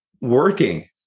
working